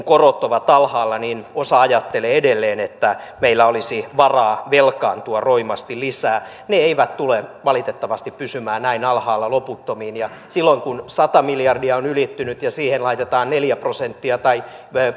korot ovat alhaalla niin osa ajattelee edelleen että meillä olisi varaa velkaantua roimasti lisää ne eivät tule valitettavasti pysymään näin alhaalla loputtomiin ja silloin kun sata miljardia on ylittynyt ja siihen laitetaan neljä prosenttia tai